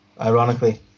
ironically